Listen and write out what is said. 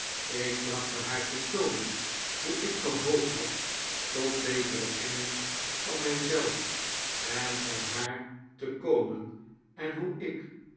ik trachtte haar te toonen hoe ik gehoopt had tot betere kennis van mij zelf en van haar te komen en hoe ik